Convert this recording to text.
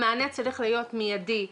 המענה צריך להיות מיידי.